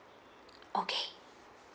okay